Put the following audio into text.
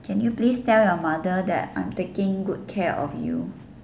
can you please tell your mother that I'm taking good care of you